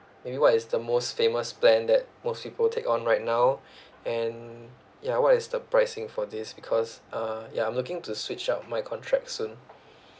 maybe what is the most famous plan that most people take on right now and ya what is the pricing for this because uh ya I'm looking to switch out my contract soon